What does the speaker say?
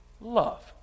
Love